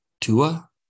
Tua